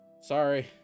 sorry